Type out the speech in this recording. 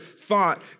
thought